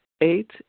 Eight